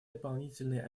дополнительные